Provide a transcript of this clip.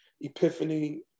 Epiphany